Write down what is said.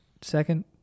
second